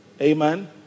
Amen